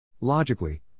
Logically